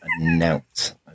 announce